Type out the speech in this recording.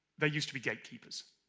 they used to be gatekeepers,